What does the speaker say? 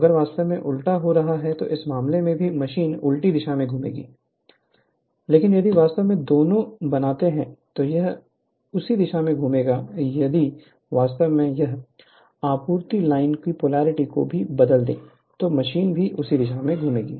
अगर वास्तव में उलटा हो रहा है तो इस मामले में भी मशीन उल्टी दिशा में घूमेगी लेकिन यदि वास्तव में दोनों बनाते हैं तो यह उसी दिशा में घूमेगा यदि वास्तव में इस आपूर्ति लाइन की पोलैरिटी को भी बदल दें तो मशीन भी उसी दिशा में घूमेंगे